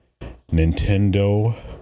Nintendo